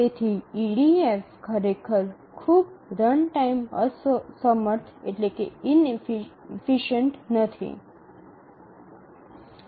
તેથી ઇડીએફ ખરેખર ખૂબ રનટાઈમ સમર્થ નથી